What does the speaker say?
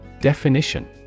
Definition